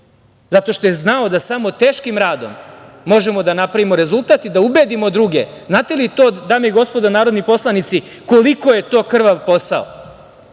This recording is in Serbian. zato što je znao da samo teškim radom možemo da napravimo rezultat i da ubedimo druge. Znate li to, dame i gospodo narodni poslanici, koliko je to krvav posao,